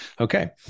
Okay